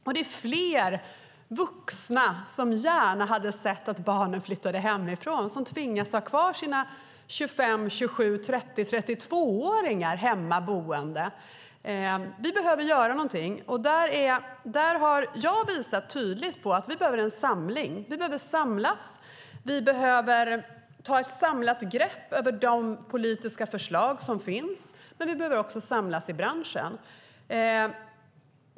Och det är fler vuxna som gärna hade sett att barnen flyttade hemifrån som tvingas ha kvar sina 25-, 27-, 30 eller 32-åringar hemma. Vi behöver göra någonting. Jag har visat tydligt på att vi behöver en samling. Vi behöver samlas. Vi behöver ta ett samlat grepp om de politiska förslag som finns, men vi behöver också samlas i branschen.